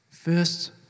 First